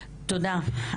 תודה.